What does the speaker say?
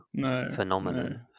phenomenon